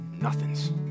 nothings